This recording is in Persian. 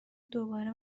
دوباره